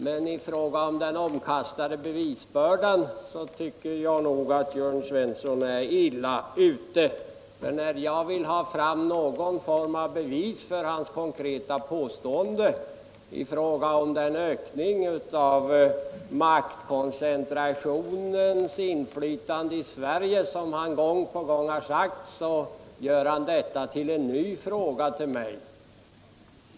Men i fråga om den omkastade bevisbördan anser jag att Jörn Svensson är illa ute, för när jag vill ha fram någon form av bevis för hans konkreta påstående beträffande den ökning av maktkoncentrationens inflytande i Sverige som han gång på gång återkommer till, vill han ställa en ny fråga till mig.